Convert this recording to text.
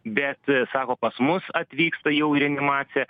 bet sako pas mus atvyksta jau į reanimacę